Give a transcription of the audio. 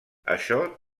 això